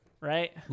Right